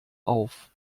auf